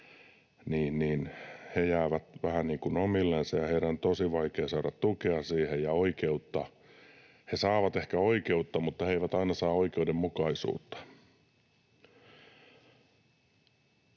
jää vähän niin kuin omillensa, ja heidän on tosi vaikea saada siihen tukea ja oikeutta. He saavat ehkä oikeutta, mutta he eivät aina saa oikeudenmukaisuutta.